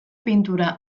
pintura